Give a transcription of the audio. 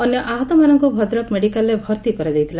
ଅନ୍ୟ ଆହତମାନଙ୍ଙୁ ଭଦ୍ରକ ମେଡ଼ିକାଲରେ ଭର୍ଉ କରାଯାଇଥିଲା